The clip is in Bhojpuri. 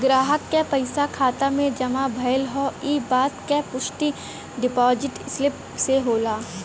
ग्राहक क पइसा खाता में जमा भयल हौ इ बात क पुष्टि डिपाजिट स्लिप से होला